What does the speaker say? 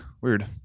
weird